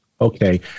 Okay